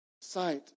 sight